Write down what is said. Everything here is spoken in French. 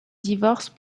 divorce